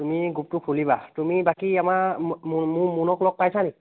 তুমি গ্ৰুপটো খুলিবা তুমি বাকী আমাৰ মোৰ মুনক লগ পাইছা নি